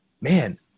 Man